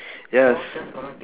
yes